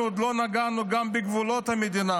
אנחנו עוד לא נגענו גם בגבולות המדינה.